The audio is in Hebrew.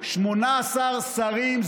18 שרים,